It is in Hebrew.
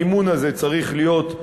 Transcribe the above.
המימון הזה צריך להיות,